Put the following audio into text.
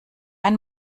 ein